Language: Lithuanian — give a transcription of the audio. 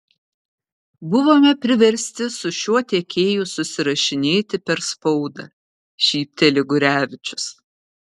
buvome priversti su šiuo tiekėju susirašinėti per spaudą šypteli gurevičius